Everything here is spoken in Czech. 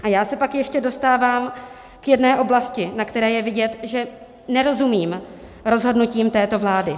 A já se pak ještě dostávám k jedné oblasti, na které je vidět, že nerozumím rozhodnutím této vlády.